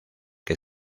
que